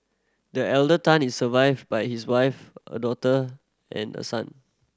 the elder Tan is survived by his wife a daughter and a son